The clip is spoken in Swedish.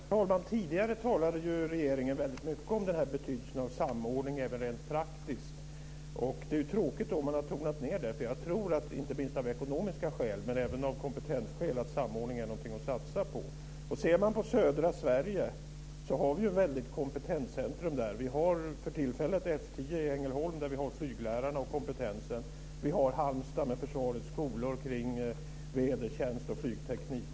Herr talman! Tidigare talade ju regeringen väldigt mycket om denna betydelse av samordning även rent praktiskt. Det är ju tråkigt om man har tonat ned det. Jag tror nämligen, inte minst av ekonomiska skäl men även av kompetensskäl, att samordning är någonting att satsa på. Ser man på södra Sverige så har vi ju ett stort kompetenscentrum där. Vi har för tillfället F 10 i Ängelholm där vi har flyglärarna och kompetensen. Vi har Halmstad med försvarets skolor kring vädertjänst och flygteknik.